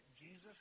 Jesus